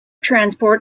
transport